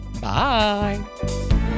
Bye